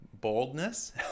boldness